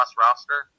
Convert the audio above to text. roster